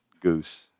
goose